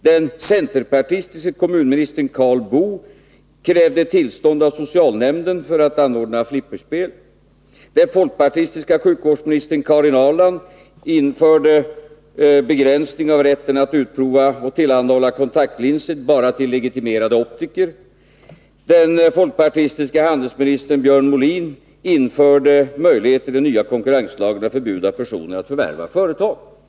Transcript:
Den folkpartistiske handelsministern Björn Molin införde en bestämmelse iden nya konkurrensbegränsningslagen om att det skulle finnas möjlighet att förbjuda personer att förvärva företag.